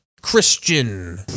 Christian